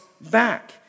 back